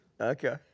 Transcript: Okay